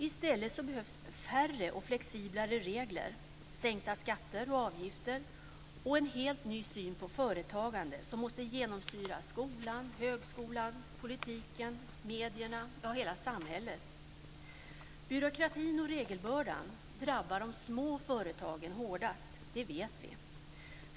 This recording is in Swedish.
I stället behövs färre och flexiblare regler, sänkta skatter och avgifter och en helt ny syn på företagande som måste genomsyra skolan, högskolan, politiken, medierna, ja hela samhället. Byråkratin och regelbördan drabbar de små företagen hårdast. Det vet vi.